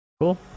cool